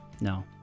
no